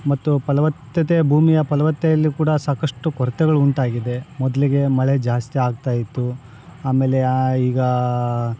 ಮತ್ತು ಫಲವತ್ತತೆ ಭೂಮಿಯ ಫಲವತ್ತೆ ಎಲ್ಲಿ ಕೂಡ ಸಾಕಷ್ಟು ಕೊರತೆಗಳು ಉಂಟಾಗಿದೆ ಮೊದಲಿಗೆ ಮಳೆ ಜಾಸ್ತಿ ಆಗ್ತಾಯಿತ್ತು ಆಮೇಲೆ ಈಗ